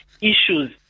issues